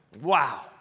Wow